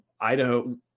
idaho